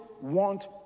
want